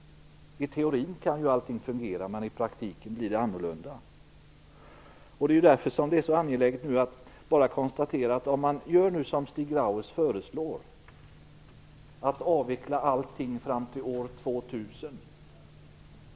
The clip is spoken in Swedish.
I teorin kan ju allting fungera, men i praktiken blir det annorlunda. Stig Grauers föreslår att man avvecklar allting fram till år 2000.